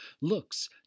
looks